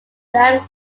blank